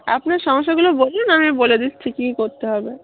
আপনার সমস্যাগুলো বলুন আমি বলে দিচ্ছি কি করতে হবে